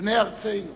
בני ארצנו